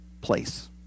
place